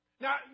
Now